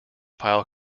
pile